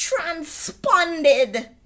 transponded